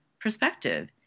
perspective